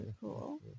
cool